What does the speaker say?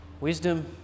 wisdom